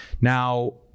Now